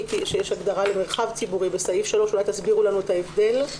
שיש הגדרה ל"מרחב ציבורי" בסעיף 3. אולי תסבירו לנו את ההבדל.